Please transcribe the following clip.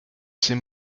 ces